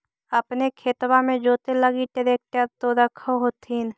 अपने खेतबा मे जोते लगी ट्रेक्टर तो रख होथिन?